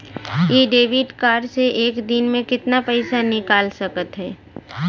इ debit card से एक दिन मे कितना पैसा निकाल सकत हई?